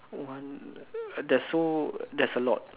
one uh there's so there's a lot